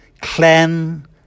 clan